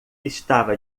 estava